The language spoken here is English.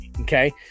Okay